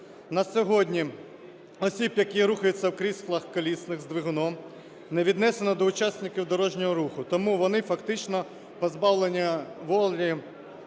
На сьогодні осіб, які рухаються в кріслах колісних з двигуном, не віднесено до учасників дорожнього руху, тому вони фактично позбавлені волі